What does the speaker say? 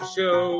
Show